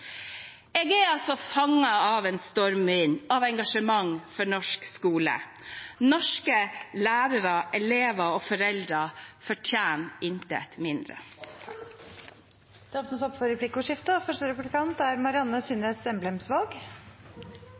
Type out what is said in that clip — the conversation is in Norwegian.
Jeg er altså «fångat av en stormvind» av engasjement for norsk skole. Norske lærere, elever og foreldre fortjener intet mindre. Det blir replikkordskifte. I SVs budsjett er